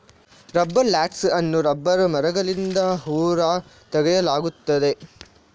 rubber latex ಅನ್ನು rubber ಮರಗಳಿಂದ ಹೊರ ತೆಗೆಯಲಾಗುತ್ತದೆ